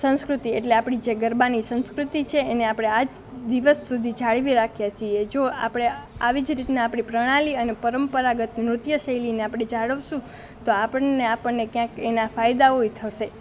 સંસ્કૃતિ એટલે આપણી જે ગરબાની સંસ્કૃતિ છે એને આપણે આજ દિવસ સુધી જાળવી રાખ્યા છીએ જો આપણે આવી જ રીતના આપણી પ્રણાલી અને પરંપરાગત નૃત્ય શૈલીને આપણે જાળવીશું તો આપણને આપણને ક્યાંક એના ફાયદાઓ ય થશે